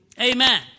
Amen